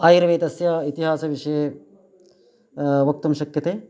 आयुर्वेदस्य इतिहासविषये वक्तुं शक्यते